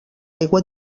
aigua